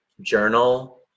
journal